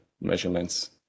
measurements